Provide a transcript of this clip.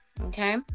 okay